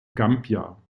gambia